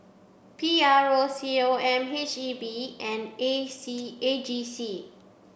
P R O C O M H E B and A C A G C